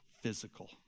physical